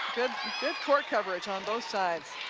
good court coverage on both sides.